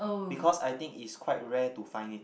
because I think is quite rare to find it